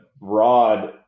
broad